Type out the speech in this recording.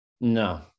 no